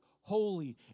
holy